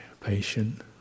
patient